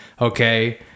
Okay